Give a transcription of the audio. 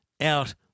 out